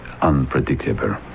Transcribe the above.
unpredictable